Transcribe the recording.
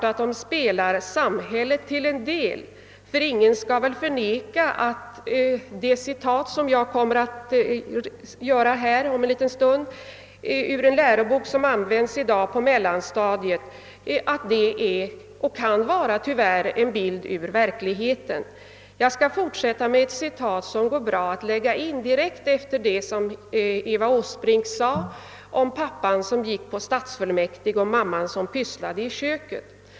Jo, de speglar självfallet till en del vårt nuvarande samhälle. Ingen kan väl förneka att det citat, som jag nu skall anföra ur en lärobok, som i dag används på mellanstadiet, tyvärr kan vara en bild ur verkligheten. Citatet kan läggas in direkt efter det som fröken Åsbrink sade om pappan som gick till stadsfullmäktige medan mamman Ssysslade i köket.